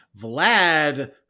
Vlad